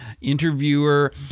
interviewer